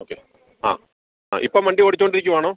okay ആ ആ ഇപ്പം വണ്ടി ഓടിച്ചു കൊണ്ടിരിക്കുക ആണോ